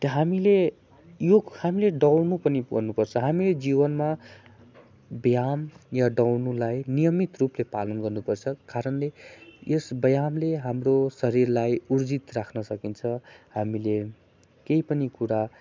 हामीले योग हामीले दौड्नु पनि पर्नुपर्छ हामी जीवनमा व्यायाम या दौड्नुलाई नियमित रूपले पालन गर्नुपर्छ कारणले यस व्यायामले हाम्रो शरीरलाई उर्जित राख्न सकिन्छ हामीले केही पनि कुरा